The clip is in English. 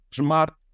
smart